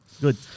good